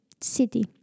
city